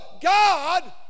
God